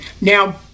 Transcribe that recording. now